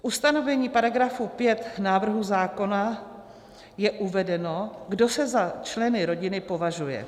V ustanovení § 5 návrhu zákona je uvedeno, kdo se za členy rodiny považuje.